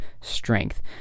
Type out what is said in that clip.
strength